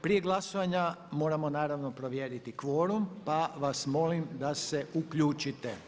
Prije glasovanja moramo naravno provjeriti kvorum, pa vas molim da se uključite.